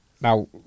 Now